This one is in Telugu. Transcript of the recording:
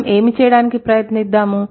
మనం ఏమి చేయడానికి ప్రయత్నిద్దాము